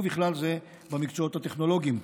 ובכלל זה במקצועות הטכנולוגיים.